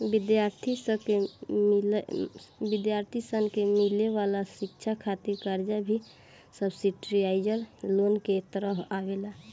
विद्यार्थी सन के मिले वाला शिक्षा खातिर कर्जा भी सब्सिडाइज्ड लोन के तहत आवेला